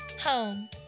Home